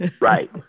Right